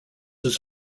his